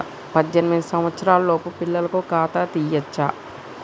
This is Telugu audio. పద్దెనిమిది సంవత్సరాలలోపు పిల్లలకు ఖాతా తీయచ్చా?